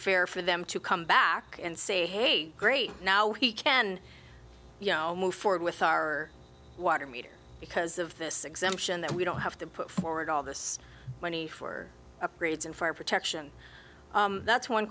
fair for them to come back and say hey great now he can you know move forward with our water meter because of this exemption that we don't have to put forward all this money for upgrades and fire protection that's one